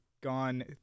gone